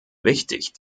wichtig